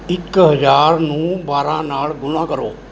ਇੱਕ ਹਜ਼ਾਰ ਨੂੰ ਬਾਰ੍ਹਾਂ ਨਾਲ ਗੁਣਾ ਕਰੋ